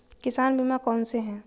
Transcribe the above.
किसान बीमा कौनसे हैं?